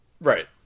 Right